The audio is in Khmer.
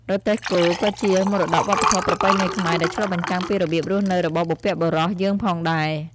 រទេះគោក៏ជា មរតកវប្បធម៌ប្រពៃណីខ្មែរ ដែលឆ្លុះបញ្ចាំងពីរបៀបរស់នៅរបស់បុព្វបុរសយើងផងដែរ ។